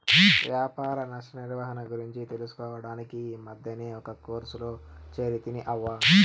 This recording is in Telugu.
వ్యాపార నష్ట నిర్వహణ గురించి తెలుసుకోడానికి ఈ మద్దినే ఒక కోర్సులో చేరితిని అవ్వా